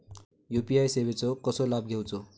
UPI सेवाचो कसो लाभ घेवचो?